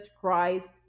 christ